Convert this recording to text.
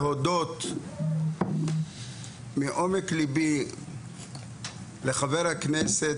להודות מעומק לבי לחבר הכנסת,